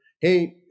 Hey